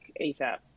asap